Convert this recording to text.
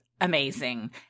amazing